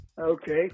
Okay